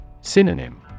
Synonym